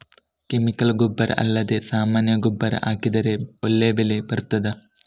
Chemical ಗೊಬ್ಬರ ಅಲ್ಲದೆ ಸಾಮಾನ್ಯ ಗೊಬ್ಬರ ಹಾಕಿದರೆ ಒಳ್ಳೆ ಬೆಳೆ ಬರ್ತದಾ?